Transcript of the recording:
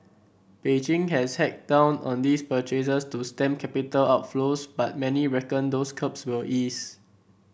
Beijing has cracked down on these purchases to stem capital outflows but many reckon those curbs will ease